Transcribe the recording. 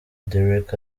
dereck